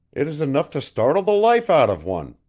it is enough to startle the life out of one!